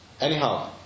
Anyhow